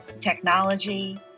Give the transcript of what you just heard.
technology